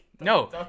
no